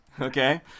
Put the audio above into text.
Okay